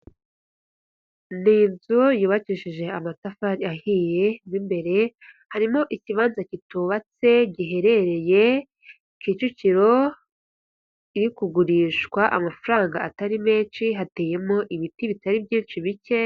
Ni inzu yubakishije amatafari ahiye, mo imbere harimo ikibanza kitubatse giherereye Kicukiro, iri kugurishwa amafaranga atari menshi, hateyemo ibiti bitari byinshi bike.